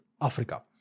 Africa